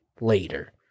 later